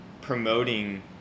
promoting